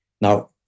Now